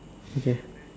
okay